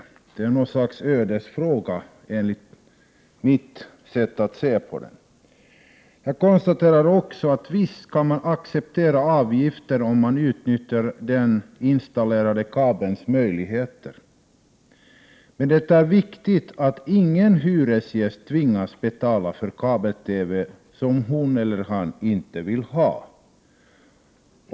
Frågan är ett slags ödesfråga, som jag ser saken. Visst kan man acceptera avgifter om man utnyttjar de möjligheter som den installerade kabeln erbjuder. Men det är viktigt att ingen hyresgäst tvingas betala för kabel-TV som hon eller han inte vill ha.